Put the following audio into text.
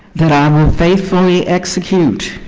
that i will faithfully execute.